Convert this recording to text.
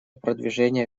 продвижения